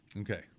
Okay